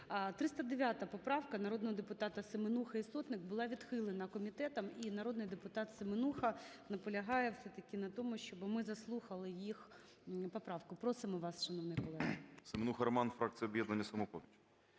309 поправка, народного депутата Семенухи і Сотник, була відхилена комітетом. І народний депутат Семенуха наполягає все-таки на тому, щоб ми заслухали їх поправку. Просимо вас, шановний колего.